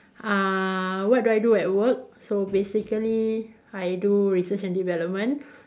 uh what do I do at work so basically I do research and development